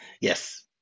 Yes